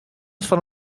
fan